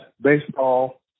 baseball